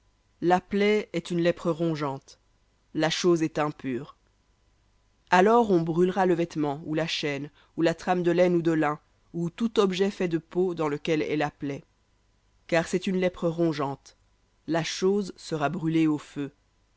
la plaie est une lèpre rongeante la chose est impure alors on brûlera le vêtement ou la chaîne ou la trame de laine ou de lin ou tout objet de peau dans lequel est la plaie car c'est une lèpre rongeante la chose sera brûlée au feu